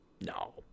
No